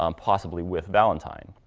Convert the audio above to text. um possibly with valentine.